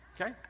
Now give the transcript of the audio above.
Okay